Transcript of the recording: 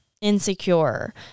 insecure